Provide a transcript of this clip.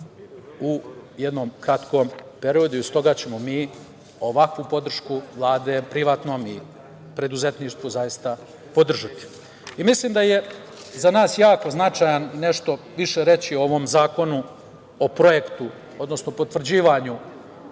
u jednom kratkom periodu. Stoga ćemo mi ovakvu podršku Vlade privatnom preduzetništvu zaista podržati. Mislim da je za nas jako značajno nešto više reći o ovom zakonu o projektu, odnosno potvrđivanju